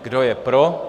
Kdo je pro?